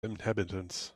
inhabitants